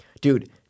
Dude